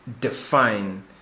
define